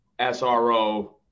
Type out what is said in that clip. SRO